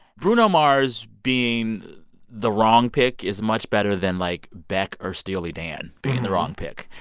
bruno mars being the wrong pick is much better than, like, beck or steely dan being the wrong pick.